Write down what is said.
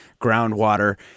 groundwater